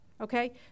okay